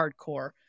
hardcore